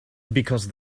because